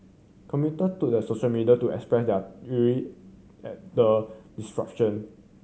commuter to the social media to express their ire at the disruption